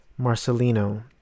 Marcelino